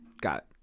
Got